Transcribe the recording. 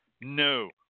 No